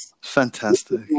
fantastic